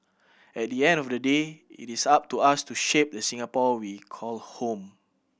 at the end of the day it is up to us to shape the Singapore we call home